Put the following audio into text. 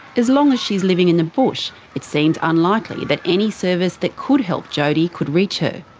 as long as she's living in the bush, it seems unlikely that any service that could help jody could reach her.